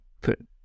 put